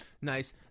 nice